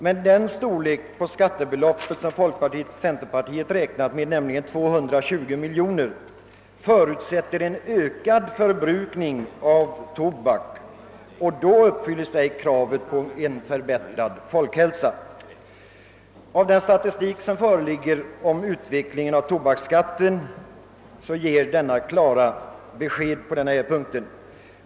Men den storlek på skatteintäktens höjning som folkpartiet och centerpartiet räknat med, nämligen 220 miljoner kronor, förutsätter en ökad förbrukning av tobak — och då uppfylls ej kraven på en förbättrad folkhälsa. Den statistik som föreligger om ut vecklingen av tobaksskatten ger klara besked på den punkten.